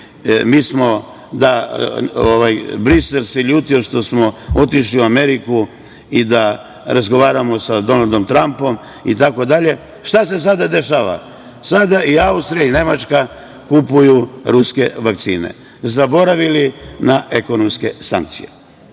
prema Srbiji… Brisel se ljutio što smo otišli u Ameriku da razgovaramo sa Donaldom Trampom itd. Šta se sada dešava? Sada i Austrija i Nemačka kupuju ruske vakcine, zaboravili na ekonomske sankcije.